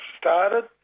started